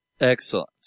Excellent